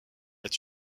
est